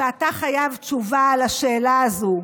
שאתה חייב תשובה על השאלה הזו.